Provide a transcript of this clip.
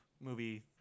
movie